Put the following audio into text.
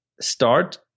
start